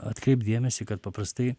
atkreipt dėmesį kad paprastai